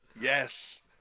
Yes